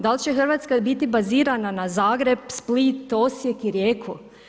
Da li će Hrvatska biti bazirana na Zagreb, Split, Osijek i Rijeku?